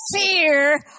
fear